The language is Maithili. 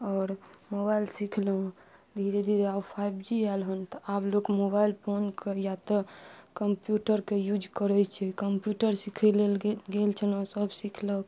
आओर मोबाइल सिखलहुॅं धीरे धीरे आब फाइव जी आयल हन तऽ आब लोक मोबाइल फोन के या तऽ कम्प्यूटरके यूज करै छै कम्प्यूटर सिखै लेल गेल छलहुॅं सभ सिखलक